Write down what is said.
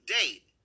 date